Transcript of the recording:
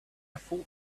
thought